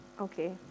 Okay